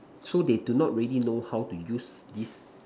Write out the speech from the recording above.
so they do not already know how to use this